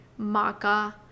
maca